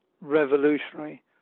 revolutionary